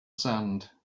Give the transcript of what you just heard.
sand